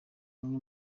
umwe